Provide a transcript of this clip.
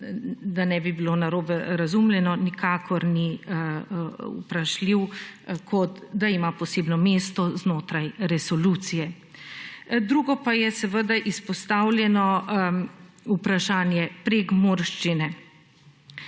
da ne bi bilo narobe razumljeno, nikakor ni vprašljiv kot da ima posebno mesto znotraj resolucije. Drugo pa je seveda izpostavljeno vprašanje prekmurščine.